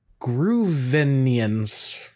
Groovinians